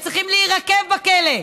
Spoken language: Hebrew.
הם צריכים להירקב בכלא.